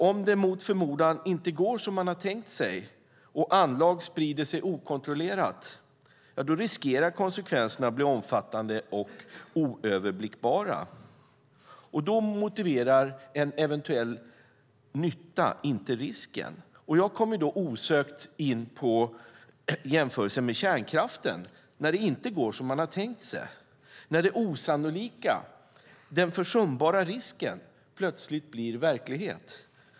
Om det mot förmodan inte går som man har tänkt sig och anlag sprider sig okontrollerat riskerar konsekvenserna att bli omfattande och oöverblickbara. Då motiverar en eventuell nytta inte risken. Jag kommer osökt in på jämförelsen med kärnkraften, när det inte går som man har tänkt sig och när det osannolika, den försumbara risken, plötsligt blir verklighet.